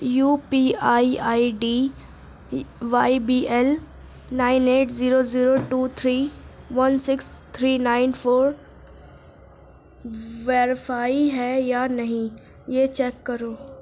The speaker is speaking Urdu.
you P I I D Y B L nine eight zero zero two three one six three nine four verify ہے یا نہیں یہ چیک کرو